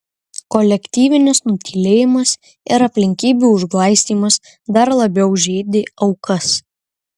kolektyvinis nutylėjimas ir aplinkybių užglaistymas dar labiau žeidė aukas